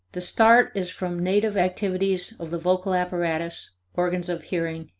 the start is from native activities of the vocal apparatus, organs of hearing,